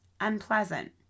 unpleasant